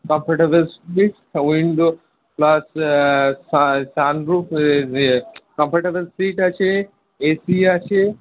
comfortable seat window plus সা sunroof comfortable seat আছে AC আছে